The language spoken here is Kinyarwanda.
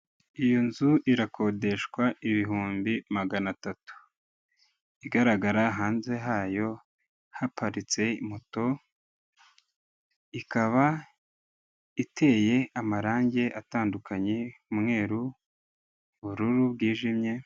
Iyo nzu irakodeshwa ibihumbi magana atatu, igaragara hanze hayo haparitse moto, ikaba iteye amarange atandukanye umweru, ubururu bwijimye.